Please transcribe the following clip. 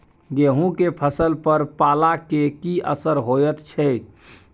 गेहूं के फसल पर पाला के की असर होयत छै?